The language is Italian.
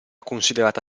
considerata